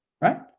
right